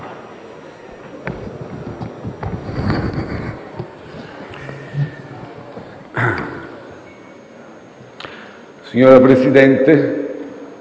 Signor Presidente,